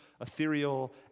ethereal